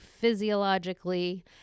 physiologically